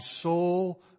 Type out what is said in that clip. soul